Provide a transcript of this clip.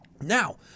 Now